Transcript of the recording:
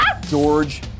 George